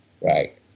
right